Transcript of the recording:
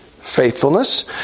faithfulness